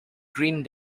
green